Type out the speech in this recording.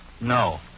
No